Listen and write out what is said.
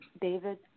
David